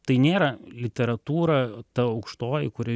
tai nėra literatūra ta aukštoji kuri